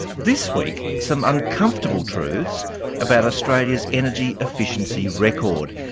this week, some uncomfortable truths about australia's energy efficiency record.